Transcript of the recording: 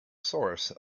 source